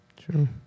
True